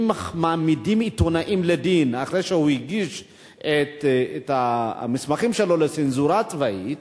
אם מעמידים עיתונאי לדין אחרי שהוא הגיש את המסמכים שלו לצנזורה הצבאית,